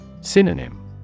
Synonym